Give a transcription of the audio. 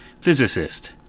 Physicist